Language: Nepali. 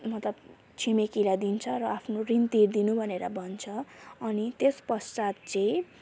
मतलब छिमेकीलाई दिन्छ र आफ्नो ऋण तिरिदिनु भनेर भन्छ अनि त्यसपश्चात चाहिँ